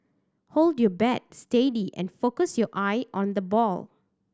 hold your bat steady and focus your eye on the ball